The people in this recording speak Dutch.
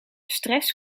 stress